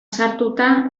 sartuta